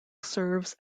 serves